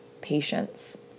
patience